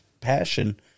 passion